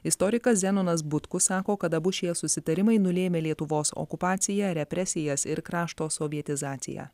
istorikas zenonas butkus sako kad abu šie susitarimai nulėmė lietuvos okupaciją represijas ir krašto sovietizaciją